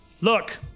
Look